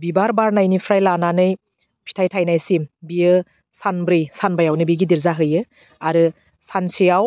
बिबार बारनायनिफ्राय लानानै फिथाइ थाइनायसिम बियो सानब्रै सानबायावनो बि गिदिर जाहैयो आरो सानसेआव